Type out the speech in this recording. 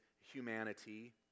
humanity